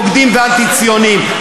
בוגדים ואנטי-ציונים.